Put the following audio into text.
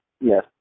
yes